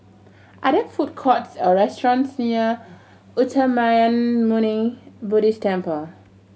are there food courts or restaurants near Uttamayanmuni Buddhist Temple